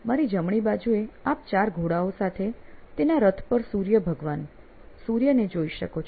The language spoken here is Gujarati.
મારી જમણી બાજુએ આપ 4 ઘોડાઓ સાથે તેના રથ પર સૂર્ય ભગવાન "સૂર્ય" જોઈ શકો છો